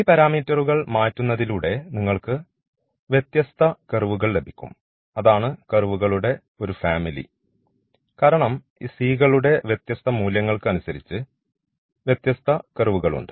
ഈ പാരാമീറ്ററുകൾ മാറ്റുന്നതിലൂടെ നിങ്ങൾക്ക് വ്യത്യസ്ത കർവുകൾ ലഭിക്കും അതാണ് കർവുകളുടെ ഒരു ഫാമിലി കാരണം ഈ c കളുടെ വ്യത്യസ്ത മൂല്യങ്ങൾക്ക് അനുസരിച്ച് വ്യത്യസ്ത കർവുകൾ ഉണ്ട്